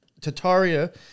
Tataria